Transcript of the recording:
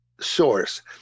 source